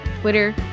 Twitter